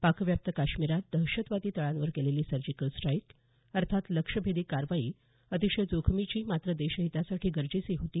पाकव्याप्त काश्मीरात दहशतवादी तळांवर केलेली सर्जिकल स्ट्राईक अर्थात लक्ष्यभेदी कारवाई अतिशय जोखमीची मात्र देशहितासाठी गरजेची होती